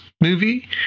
movie